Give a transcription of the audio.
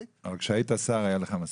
אבל כשהיית שר היה לך מספיק.